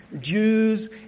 Jews